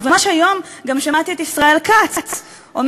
ממש היום גם שמעתי את ישראל כץ אומר